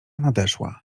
nadeszła